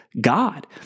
God